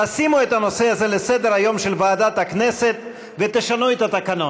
שימו את הנושא הזה על סדר-היום של ועדת הכנסת ותשנו את התקנון.